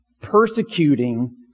persecuting